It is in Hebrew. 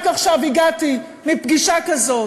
רק עכשיו הגעתי מפגישה כזאת